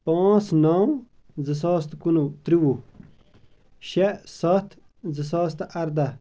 پانٛژھ نَو زٕ ساس تہٕ کُنوُہ تٕرٛووہ شےٚ ستھ زٕ ساس تہٕ اردہ